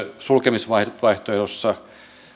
sulkemisvaihtoehdossa